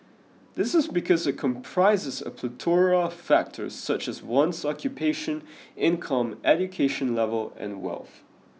this is because it comprises a plethora of factors such as one's occupation income education level and wealth